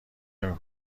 نمی